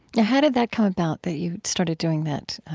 how did that come about, that you started doing that,